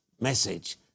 message